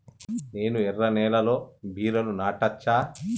నేను ఎర్ర నేలలో బీరలు నాటచ్చా?